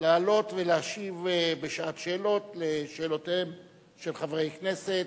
לעלות ולהשיב בשעת שאלות על שאלותיהם של חברי הכנסת.